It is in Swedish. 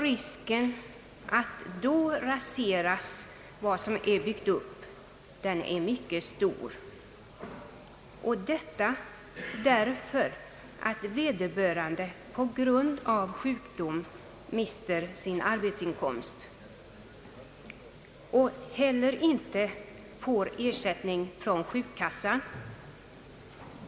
Risken att allt som byggts upp då raseras är mycket stor, därför att vederbörande på grund av sjukdom mister sin arbetsinkomst och inte heller får ersättning från sjukkassan.